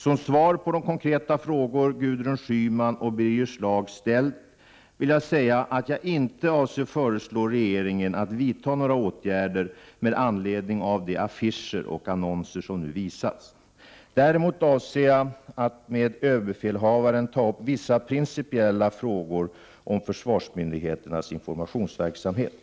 Som svar på de konkreta frågor Gudrun Schyman och Birger Schlaug ställt vill jag säga att jag inte avser föreslå regeringen att vidta några åtgärder med anledning av de affischer och annonser som nu visats. Däremot avser jag att med överbefälhavaren ta upp vissa principiella frågor om försvarsmyndigheternas informationsverksamhet.